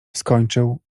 skończył